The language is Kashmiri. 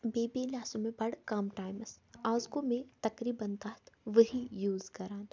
بیٚیہِ سُہ مےٚ بَڑٕ کَم ٹایمَس آز گوٚو مےٚ تَقریٖباً تَتھ ؤری یوٗز کَران